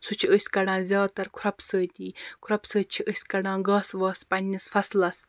سُہ چھِ أسۍ کڈان زیادٕ تَر کھرٛۅپہِ سۭتی کھرٛۅپہٕ سۭتۍ چھِ أسۍ کَڈان گاسہٕ واسہٕ پَنٕنِس فَصلَس